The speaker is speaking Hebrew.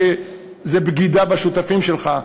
שזה בגידה בשותפים שלך,